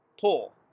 pull